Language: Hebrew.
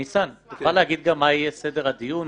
תוכל להגיד גם מה יהיה סדר הדיון?